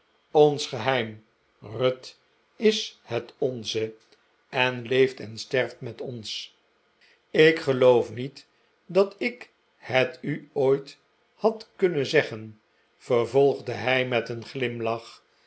ons geheim ruth is het onze en leeft en sterft met ons ik geloof niet dat ik het u ooit had kunnen zeggen vervolgde hij met een glimlach